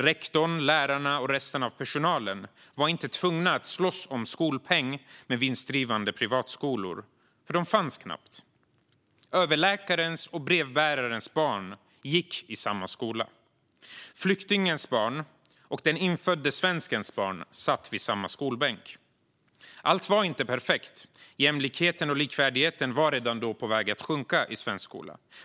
Rektorn, lärarna och resten av personalen var inte tvungna att slåss om skolpeng med vinstdrivande privatskolor, för de fanns knappt. Överläkarens och brevbärarens barn gick i samma skola. Flyktingens barn och den infödde svenskens barn satt vid samma skolbänk. Allt var inte perfekt. Jämlikheten och likvärdigheten var redan då på väg att sjunka i svensk skola.